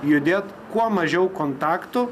judėt kuo mažiau kontaktų